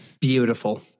Beautiful